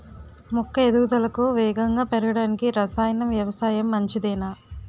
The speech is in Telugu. మొక్క ఎదుగుదలకు వేగంగా పెరగడానికి, రసాయన వ్యవసాయం మంచిదేనా?